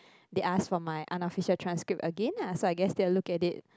they asked for my unofficial transcript again lah so I guess they will look at it